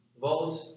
vote